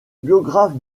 biographe